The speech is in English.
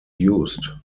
used